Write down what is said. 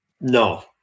No